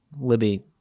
Libby